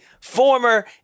former